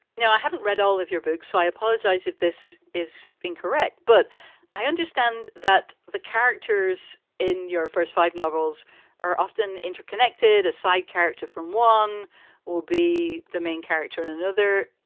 now, i haven't read all of your books, so i apologize if this is incorrect, but i understand that the characters in your first five novels are often interconnected. a side character from one will be the main character in another.